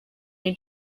muri